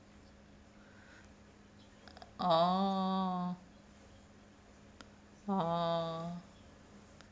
orh orh